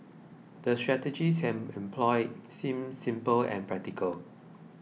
the strategies he employed seemed simple and practical